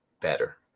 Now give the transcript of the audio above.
better